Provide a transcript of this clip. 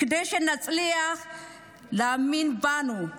כדי שנצליח להאמין בנו,